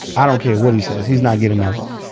i don't care what he says. he's not getting my vote.